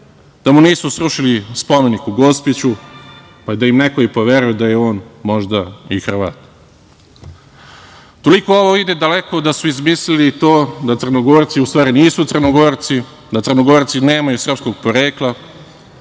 da mu nisu srušili spomenik u Gospiću, pa da im neko i poveruje da je on možda i Hrvat. Toliko ovo ide daleko da su izmislili to da Crnogorci u stvari nisu Crnogorci, da Crnogorci nemaju srpskog porekla,